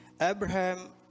Abraham